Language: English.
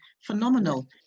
phenomenal